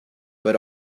but